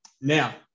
Now